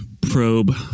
probe